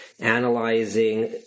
analyzing